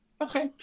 okay